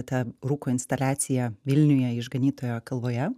ta rūko instaliacija vilniuje išganytojo kalvoje